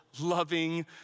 loving